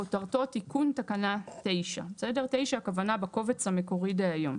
כותרתו: תיקון תקנה 9. 9 הכוונה בקובץ המקורי דהיום.